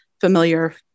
familiar